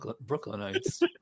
Brooklynites